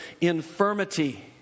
infirmity